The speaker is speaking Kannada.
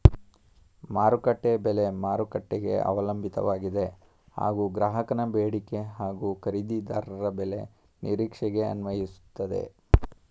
ಮಾರುಕಟ್ಟೆ ಬೆಲೆ ಮಾರುಕಟ್ಟೆಗೆ ಅವಲಂಬಿತವಾಗಿದೆ ಹಾಗೂ ಗ್ರಾಹಕನ ಬೇಡಿಕೆ ಹಾಗೂ ಖರೀದಿದಾರರ ಬೆಲೆ ನಿರೀಕ್ಷೆಗೆ ಅನ್ವಯಿಸ್ತದೆ